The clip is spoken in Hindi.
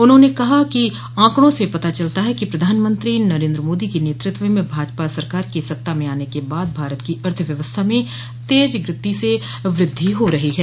उन्होंने कहा कि आंकड़ों से पता चलता है कि प्रधानमंत्री नरेन्द्र मोदी के नेतृत्व में भाजपा सरकार के सत्ता में आने के बाद भारत की अर्थव्यवस्था में तेज गति से वृद्धि हो रही है